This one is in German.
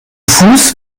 fuß